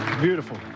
beautiful